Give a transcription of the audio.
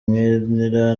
nkinira